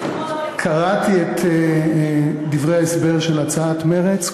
קראתי את דברי ההסבר של הצעת מרצ,